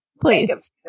Please